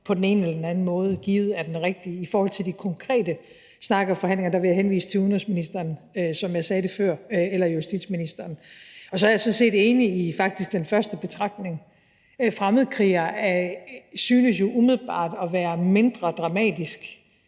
på den ene eller den anden måde givet er den rigtige. I forhold til den konkrete snak om forhandlinger vil jeg, som jeg sagde før, henvise til udenrigsministeren eller justitsministeren. Så er jeg sådan set enig i den første betragtning: At være »fremmedkriger« synes jo umiddelbart at være mindre dramatisk